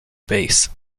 bass